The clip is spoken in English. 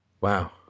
wow